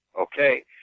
Okay